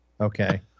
Okay